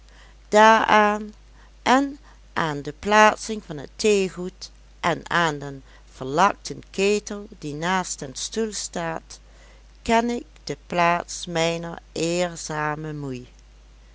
daaraan en aan de plaatsing van het theegoed en aan den verlakten ketel die naast den stoel staat ken ik de plaats mijner eerzame moei